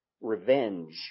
revenge